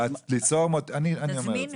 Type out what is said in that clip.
הרעיון הוא ליצור --- אני אגיד.